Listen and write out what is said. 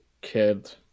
kid